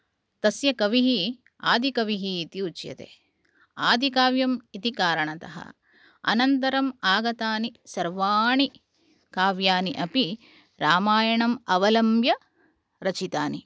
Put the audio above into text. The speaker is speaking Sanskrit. तस्य कविः आदिकविः इति उच्यते आदिकाव्यम् इति कारणतः अनन्तरम् आगतानि सर्वाणि काव्यानि अपि रामायणम् अवलम्ब्य रचितानि